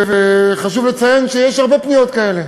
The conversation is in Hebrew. וחשוב לציין שיש הרבה פניות כאלה,